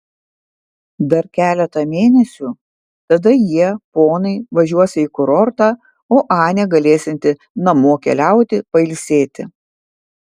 dar keletą mėnesių tada jie ponai važiuosią į kurortą o anė galėsianti namo keliauti pailsėti